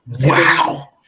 Wow